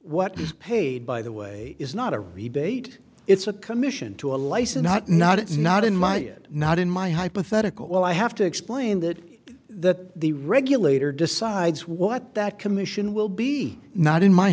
he's paid by the way is not a rebate it's a commission to a license not not it's not in my it not in my hypothetical well i have to explain that that the regulator decides what that commission will be not in my